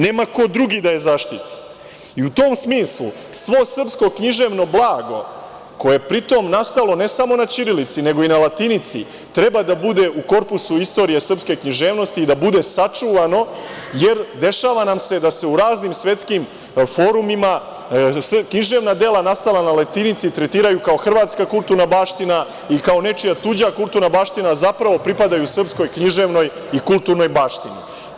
Nema ko drugi da je zaštiti i u tom smislu svo srpsko književno blago, koje je pritom nastalo ne samo na ćirilici, nego i na latinici treba da bude u korpusu istorije srpske književnosti, da bude sačuvano, jer dešava nam se da se u raznim svetskim forumima književna dela nastala na latinici tretiraju kao hrvatska kulturna baština i kao nečija tuđa kulturna baština zapravo pripadaju srpskoj književnoj i kulturnoj baštini.